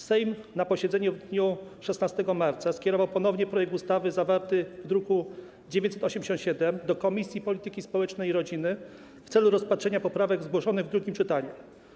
Sejm na posiedzeniu w dniu 16 marca skierował ponownie projekt ustawy zawarty w druku nr 987 do Komisji Polityki Społecznej i Rodziny w celu rozpatrzenia poprawek zgłoszonych w drugim czytaniu.